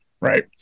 Right